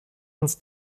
uns